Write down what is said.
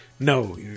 No